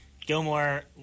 Gilmore